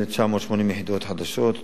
980 יחידות חדשות,